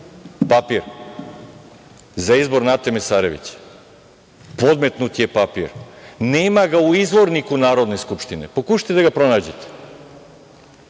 papir za izbor Nate Mesarević. Podmetnut je papir. Nema ga u izvorniku Narodne skupštine. Pokušajte da ga pronađete